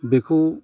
बेखौ